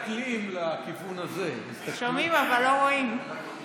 שומעים אבל לא רואים.